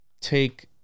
take